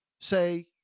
say